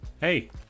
Hey